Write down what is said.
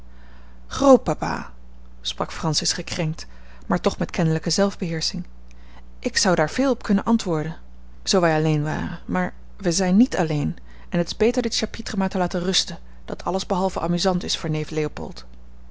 grootpapa sprak francis gekrenkt maar toch met kennelijke zelfbeheersching ik zou daar veel op kunnen antwoorden zoo wij alleen waren maar wij zijn niet alleen en het is beter dit chapitre maar te laten rusten dat alles behalve amusant is voor